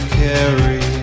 carry